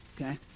okay